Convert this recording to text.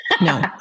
no